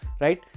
right